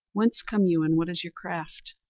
whence come you, and what is your craft?